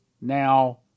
now